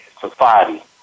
society